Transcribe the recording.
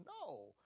No